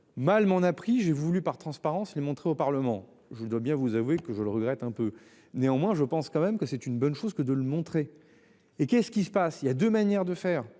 mal m'en a pris, j'ai voulu par transparence les montrer au Parlement, je dois bien vous avouer que je le regrette un peu, néanmoins je pense quand même que c'est une bonne chose que de le montrer. Et qu'est-ce qui se passe, il y a 2 manières de faire